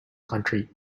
country